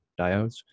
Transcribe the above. diodes